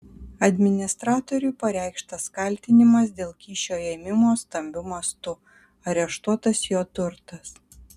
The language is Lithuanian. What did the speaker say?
administratoriui pareikštas kaltinimas dėl kyšio ėmimo stambiu mastu areštuotas jo turtas